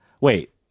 Wait